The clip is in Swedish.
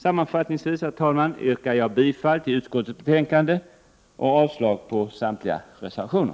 Sammanfattningsvis yrkar jag bifall till utskottets hemställan och avslag på samtliga reservationer.